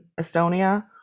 Estonia